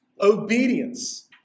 obedience